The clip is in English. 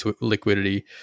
liquidity